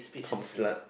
cum slut